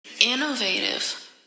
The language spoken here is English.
Innovative